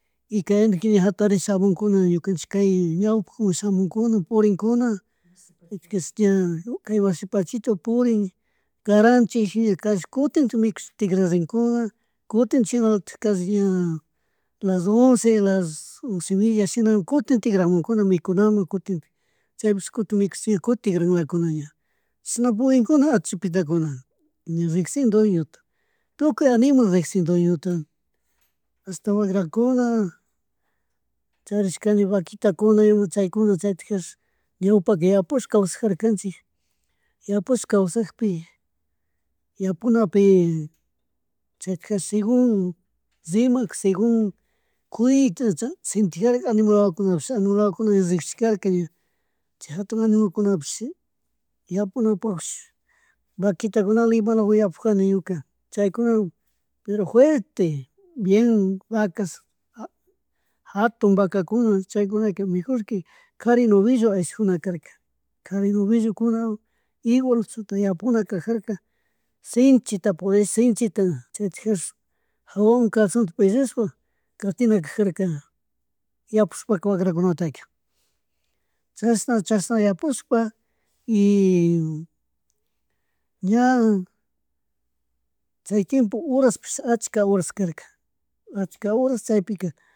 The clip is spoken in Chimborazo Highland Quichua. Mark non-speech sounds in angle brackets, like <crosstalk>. Y kaytandik ña jatarish shamunkuna ñukanchik kay ñaywpak shamunkuna purinkuna utkash ña kay wasi patichopi purin, karanchik <unintelligible> kutintan mikush tigrarinkuna kutintik shinalatik kashi ña las oncen las once y media shinawan kutin tigramunkuna mikunamun kutinkik chaypish kutin mikush ña kutin tigranlakuna ña, chinshna purinkuna atishpitakuna ña rikshin dueñota tukuy animal rikshin doñota, asta wagrakuna, charishkani vaquitakuna ima chaykuna chaytikashirn ñawpaka yapush kawshajarkanchik. <noise> Yapush kawsakpi, yapunapi chaytijarish segun llimak segun kuyta cha sentijarka animal wawakunpish, animal wawakuna llushikkarka ña chay jatun animalpush yapunapushi <hesitation> vaquitagunawan nimalawan yapujani ñuka chaykunawan pero juerte bien vacas, jatun vacakuna chaykunaka mejor que <noise> kari novillo aysajunakarka, kari novillo kunawan igual chuta yapuna kajarka shinchita purish, shinchita chaytijarish jawaman calzonta pillashpa katinakajar yapushpaka wagrakunataka, <noise> chashna, chashna yapushpa y <hesitation> ña chay tiempo horashpi, ashka horas karka ashka horas chaypika <noise>